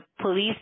police